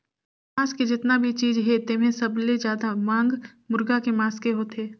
मांस के जेतना भी चीज हे तेम्हे सबले जादा मांग मुरगा के मांस के होथे